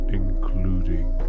including